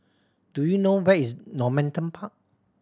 do you know where is Normanton Park